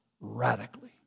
radically